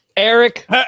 Eric